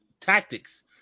tactics